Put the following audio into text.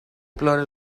plora